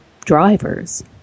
drivers